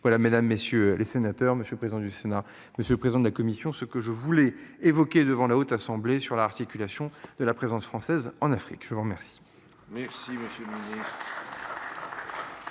Voilà. Mesdames, messieurs les sénateurs, monsieur le président du Sénat, monsieur le président de la commission, ce que je voulais évoquer devant la Haute Assemblée sur l'articulation de la présence française en Afrique. Je vous remercie. Merci monsieur Mounier.